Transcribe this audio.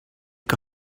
que